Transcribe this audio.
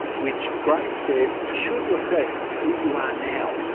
which grace says should reflect who you are now,